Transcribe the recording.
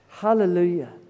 Hallelujah